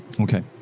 Okay